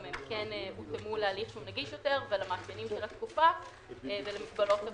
הן הותאמו להליך שהוא נגיש יותר ולמאפיינים של התקופה ולמגבלות הקורונה.